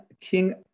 King